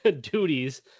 duties